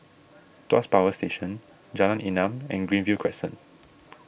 Tuas Power Station Jalan Enam and Greenview Crescent